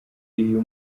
uyu